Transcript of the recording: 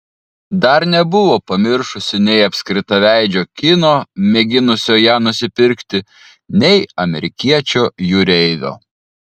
dar nebuvo pamiršusi nei apskritaveidžio kino mėginusio ją nusipirkti nei amerikiečio jūreivio